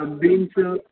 beans